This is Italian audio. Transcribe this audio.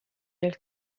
del